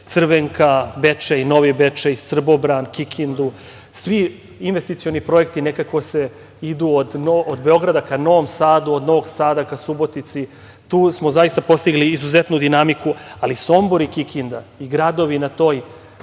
Crvenka-Bečej-Novi Bečej-Srbobran-Kikinda. Svi investicioni projekti nekako idu od Beograda ka Novom Sadu, od Novog Sada ka Subotici. Tu smo zaista postigli izuzetnu dinamiku, ali Sombor i Kikinda i gradovi na tom koridoru